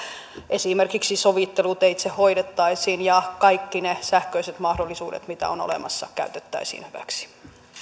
esimerkiksi sovitteluteitse hoidettaisiin ja kaikki ne sähköiset mahdollisuudet mitä on olemassa käytettäisiin hyväksi